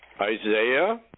Isaiah